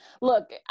look